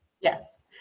Yes